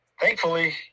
thankfully